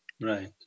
Right